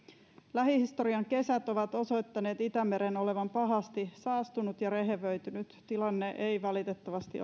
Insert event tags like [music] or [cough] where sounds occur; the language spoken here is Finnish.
lähihistorian kesät ovat osoittaneet itämeren olevan pahasti saastunut ja rehevöitynyt tilanne ei valitettavasti [unintelligible]